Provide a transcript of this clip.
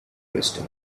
crystal